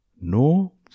no